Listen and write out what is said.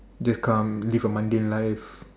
just come live a mundane life